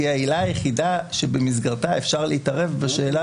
היא העילה היחידה במסגרתה אפשר להתערב בשאלה